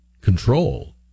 control